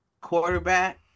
quarterback